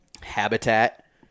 habitat